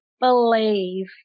believe